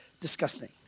disgusting